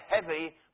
heavy